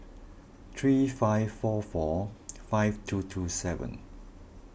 three five four four five two two seven